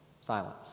Silence